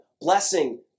Blessing